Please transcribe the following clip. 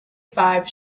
five